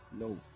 No